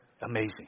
Amazing